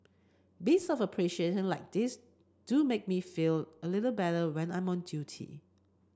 bits of appreciation like these do make me feel a little better when I'm on duty